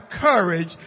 courage